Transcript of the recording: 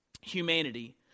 humanity